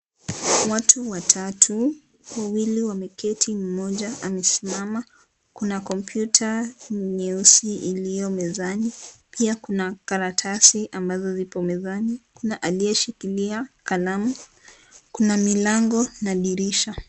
Watu watatu, wawili wameketi mmoja amesimama, kuna komputa nyeusi iliyo mezani pia kuna karatasi ambazo zipo mezani. Kuna anayeshikilia kalamu. Kuna milango na dirisha.